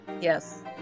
yes